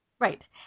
Right